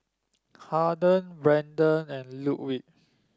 Haden Brenden and Ludwig